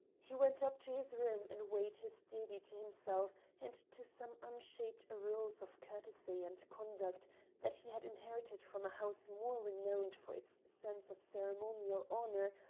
he went up to his room and weighed his duty to himself and to some unshaped rules of courtesy and conduct that he had inherited from a house more renowned for its sense of ceremonial honour,